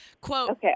Quote